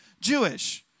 Jewish